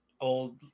old